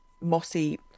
mossy